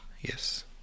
yes